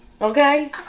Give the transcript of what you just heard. Okay